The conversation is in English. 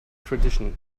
tradition